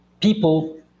people